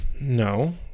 No